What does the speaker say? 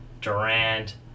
Durant